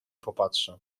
popatrzę